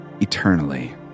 eternally